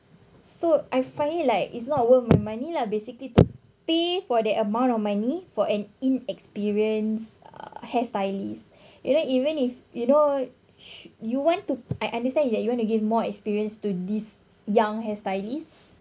so I find it like it's not worth my money lah basically to pay for the amount of money for an inexperienced uh hair stylist you know even if you know you want to I understand that you want to give more experience to this young hairstylist